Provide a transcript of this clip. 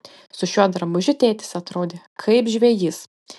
su šiuo drabužiu tėtis atrodė kaip žvejys